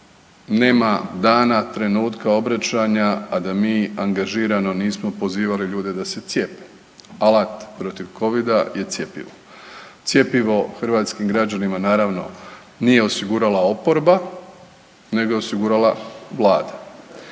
Nema dana, trenutka obraćanja a da mi angažirano nismo pozivali ljude da se cijepe. Alat protiv covida je cjepivo. Cjepivo hrvatskim građanima naravno nije osigurala oporba, nego je osigurala Vlada.